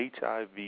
HIV